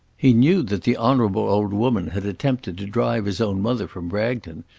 he knew that the honourable old woman had attempted to drive his own mother from bragton,